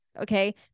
okay